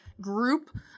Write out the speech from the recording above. group